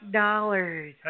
dollars